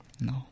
No